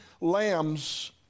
lambs